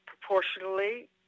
proportionally